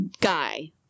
guy